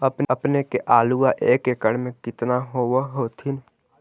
अपने के आलुआ एक एकड़ मे कितना होब होत्थिन?